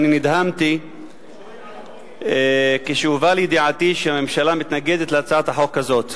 שאני נדהמתי כשהובא לידיעתי שהממשלה מתנגדת להצעת החוק הזאת.